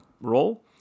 role